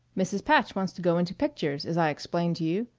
mrs. patch wants to go into pictures, as i explained to you.